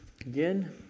again